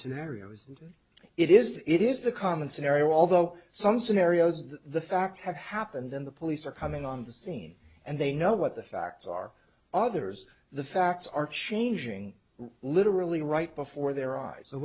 scenario isn't it is it is the common scenario although some scenarios that the facts have happened and the police are coming on the scene and they know what the facts are others the facts are changing literally right before their eyes so